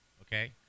okay